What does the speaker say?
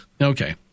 Okay